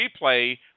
replay